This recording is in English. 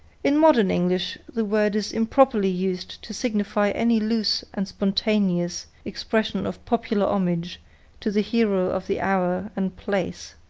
in modern english the word is improperly used to signify any loose and spontaneous expression of popular homage to the hero of the hour and place.